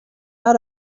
out